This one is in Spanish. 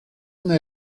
una